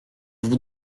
vous